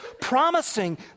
promising